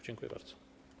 Dziękuję bardzo.